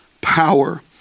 power